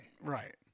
Right